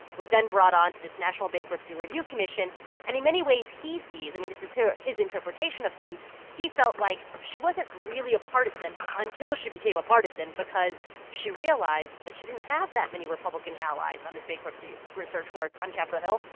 was then brought onto this national bankruptcy review commission and in many ways, he sees i mean, this is his interpretation of things he felt like she wasn't really a partisan until she became a partisan because she realized that she didn't have that many republican allies on this bankruptcy research work on capitol hill,